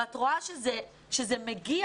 ואת רואה שכאשר זה מותר